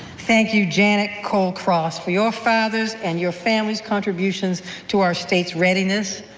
thank you, janet cole cross, for your father's and your family's contributions to our state's readiness,